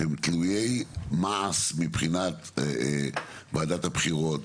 שהם כינויי מעש מבחינת ועדת הבחירות,